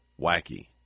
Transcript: wacky